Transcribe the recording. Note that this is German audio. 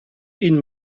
ihn